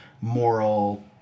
moral